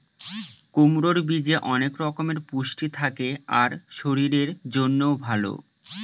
কুমড়োর বীজে অনেক রকমের পুষ্টি থাকে আর শরীরের জন্যও ভালো